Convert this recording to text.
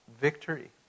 victory